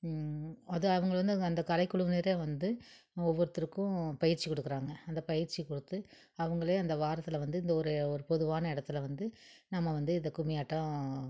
அது அவங்கள வந்து அந்த கலைக்குழுவினரே வந்து ஒவ்வொருத்தருக்கும் பயிற்சி கொடுக்குறாங்க அந்த பயிற்சி கொடுத்து அவங்களே அந்த வாரத்தில் வந்து இந்த ஒரு ஒரு பொதுவான இடத்துல வந்து நம்ம வந்து இந்த கும்மியாட்டம்